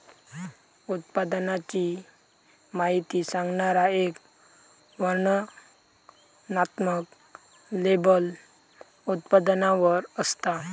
उत्पादनाची माहिती सांगणारा एक वर्णनात्मक लेबल उत्पादनावर असता